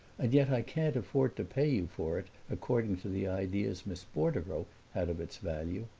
and yet i can't afford to pay you for it according to the ideas miss bordereau had of its value.